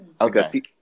Okay